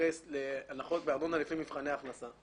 שמגדיר הנחות מארנונה לפי מבחני הכנסה.